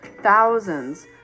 thousands